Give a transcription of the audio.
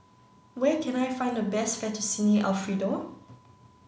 where can I find the best Fettuccine Alfredo